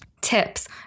tips